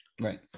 Right